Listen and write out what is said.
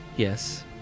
Yes